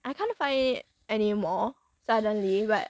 I can't find it anymore suddenly but